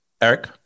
Eric